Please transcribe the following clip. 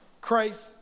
Christ